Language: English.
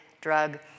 drug